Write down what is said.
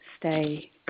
stay